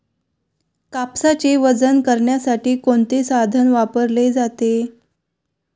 कापसाचे वजन करण्यासाठी कोणते साधन वापरले जाते?